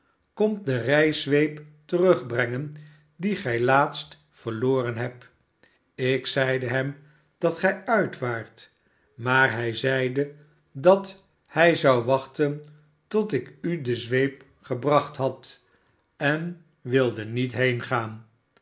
skomt de rijzweep terugbrengen die gij laatst verloren hebt ik zeide hem dat gij uit waart maar hij zeide dat hij zou wachten tot ik u de zweep gebracht had en wilde niet